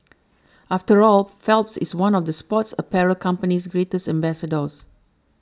after all Phelps is one of the sports apparel company's greatest ambassadors